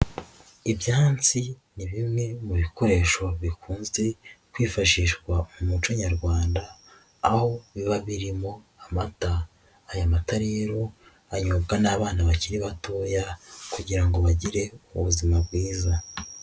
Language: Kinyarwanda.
Ibyansi ni bimwe mu bikoresho bikunze kwifashishwa mu muco nyarwanda, aho biba birimo amata, aya mata rero anyobwa n'abana bakiri batoya kugira ngo bagire ubuzima bwiza.